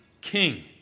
king